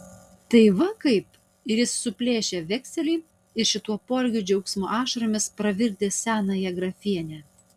tai va kaip ir jis suplėšė vekselį ir šituo poelgiu džiaugsmo ašaromis pravirkdė senąją grafienę